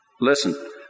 Listen